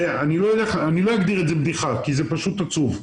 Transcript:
אני לא אגדיר את זה בדיחה כי זה פשוט עצוב.